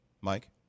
Mike